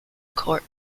court